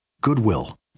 Goodwill